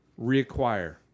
reacquire